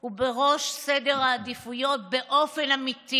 הוא בראש סדר העדיפויות באופן אמיתי.